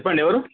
చెప్పండి ఎవరు